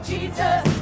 Jesus